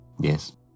Yes